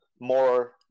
more